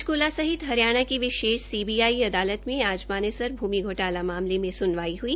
पंचकूला सहित हरियाणा के विशेष सीबीआई अदालत में आज मानेसर भूमि घोटाला मामले में स्नवाई हुई